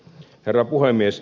herra puhemies